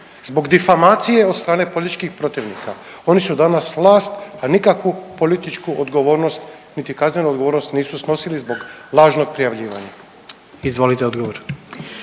zbog difamacije od strane političkih protivnika. Oni su danas vlast, a nikakvu političku odgovornost, niti kaznenu odgovornost nisu snosili zbog lažnog prijavljivanja. **Jandroković,